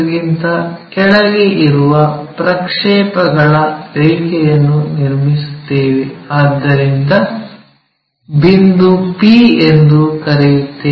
ಗಿಂತ ಕೆಳಗೆ ಇರುವ ಪ್ರಕ್ಷೇಪಗಳ ರೇಖೆಯನ್ನು ನಿರ್ಮಿಸುತ್ತೇವೆ ಆದ್ದರಿಂದ ಬಿಂದು p ಎಂದು ಕರೆಯುತ್ತೇವೆ